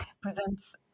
presents